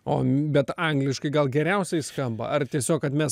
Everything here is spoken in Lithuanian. o bet angliškai gal geriausiai skamba ar tiesiog kad mes